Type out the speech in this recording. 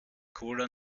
cola